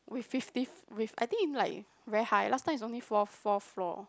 with fifty f~ with I think like very high last time is only fourth fourth floor